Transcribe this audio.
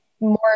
more